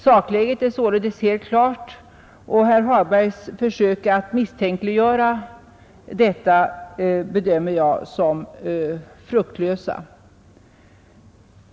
Sakläget är således helt klart, och herr Hagbergs försök att misstänkliggöra detta bedömer jag som fruktlösa.